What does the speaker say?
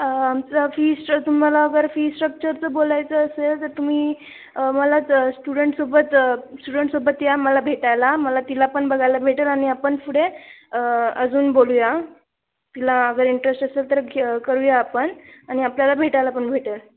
आमचं फी स्ट तुम्हाला अगर फी स्ट्रक्चरचं बोलायचं असेल तर तुम्ही मला स्टुडंटसोबत स्टुडंटसोबत या मला भेटायला मला तिला पण बघायला भेटेल आणि आपण पुढे अजून बोलूया तिला अगर इंटरेस्ट असेल तर घे करूया आपण आणि आपल्याला भेटायला पण भेटेल